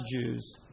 Jews